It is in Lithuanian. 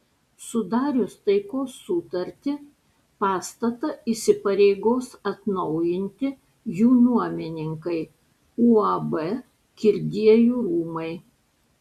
sudarius taikos sutartį pastatą įsipareigos atnaujinti jų nuomininkai uab kirdiejų rūmai